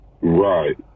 Right